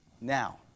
now